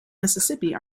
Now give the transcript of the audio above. mississippi